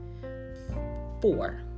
Four